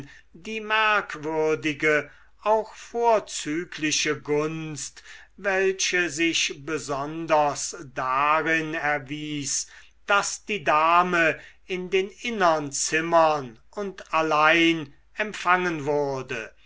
die merkwürdige auch vorzügliche gunst welche sich besonders darin erwies daß die dame in den innern zimmern und allein empfangen wurde